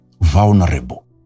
vulnerable